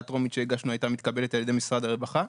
הטרומית שלנו הייתה מתקבלת על ידי משרד הרווחה.